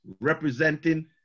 representing